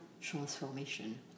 transformation